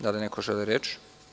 Da li neko želi reč?